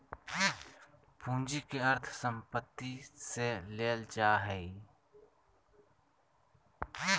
पूंजी के अर्थ संपत्ति से लेल जा हइ